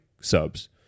subs